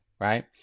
right